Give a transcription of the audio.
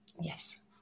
Yes